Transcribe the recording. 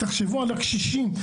תחשבו על הקשישים.